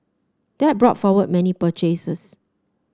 that brought forward many purchases